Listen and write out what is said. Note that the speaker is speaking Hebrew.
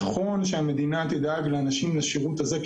נכון שהמדינה תדאג לשירות הזה עבור האנשים